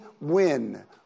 win